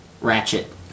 ratchet